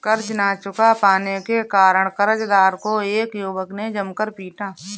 कर्ज ना चुका पाने के कारण, कर्जदार को एक युवक ने जमकर पीटा